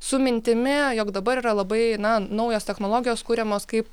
su mintimi jog dabar yra labai na naujos technologijos kuriamos kaip